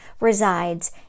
resides